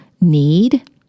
need